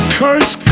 curse